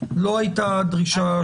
לא הייתה דרישה.